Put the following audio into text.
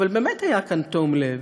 אבל באמת היה כאן תום לב,